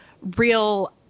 real